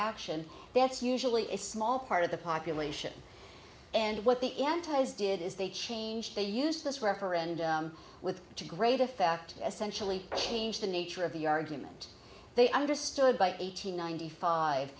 action that's usually a small part of the population and what the antis did is they changed they used this referendum with to great effect essential change the nature of the argument they understood by eight hundred ninety five